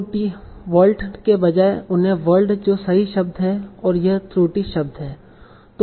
wotld के बजाय कहें world जो सही शब्द है और यह त्रुटि शब्द है